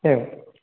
एवं